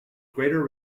greater